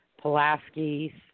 Pulaski